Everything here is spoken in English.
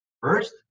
First